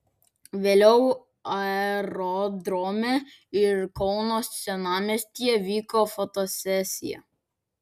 vėliau aerodrome ir kauno senamiestyje vyko fotosesija